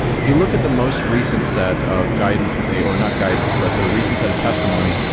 if you look at the most recent set of guidance that they or not guidance, but the recent set of testimony,